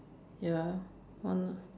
ya one